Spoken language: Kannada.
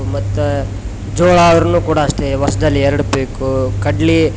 ಮತ್ತೆ ಜೋಳ ಆದ್ರು ಕೂಡ ಅಷ್ಟೆ ವರ್ಷದಲ್ಲಿ ಎರಡು ಪೀಕು ಕಡ್ಲೆ